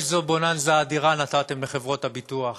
איזו בוננזה אדירה נתתם לחברות הביטוח.